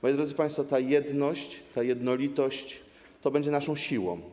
Moi drodzy państwo, ta jedność, ta jednolitość to będzie nasza siła.